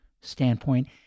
standpoint